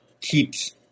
keeps